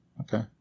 Okay